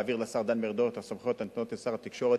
להעביר לשר דן מרידור את הסמכויות הנתונות לשר התקשורת,